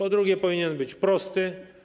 Po drugie, powinien być prosty.